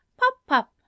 Pop-Pop